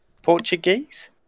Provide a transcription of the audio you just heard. Portuguese